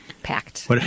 Packed